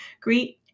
Greet